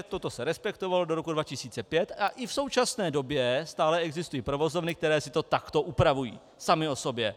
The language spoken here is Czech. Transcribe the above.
Toto se respektovalo do roku 2005 a i v současné době stále existují provozovny, které si to takto upravují samy o sobě.